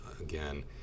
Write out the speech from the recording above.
again